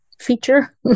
feature